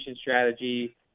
strategy